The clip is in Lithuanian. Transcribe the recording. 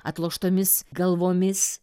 atloštomis galvomis